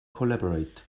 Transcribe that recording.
collaborate